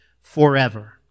forever